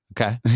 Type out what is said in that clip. Okay